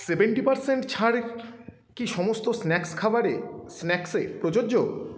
seventy percent ছাড় কি সমস্ত স্ন্যাক্স খাবারে স্ন্যাক্সে প্রযোজ্য